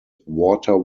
water